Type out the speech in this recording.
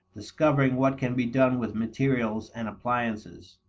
discovering what can be done with materials and appliances.